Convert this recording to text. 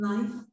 Life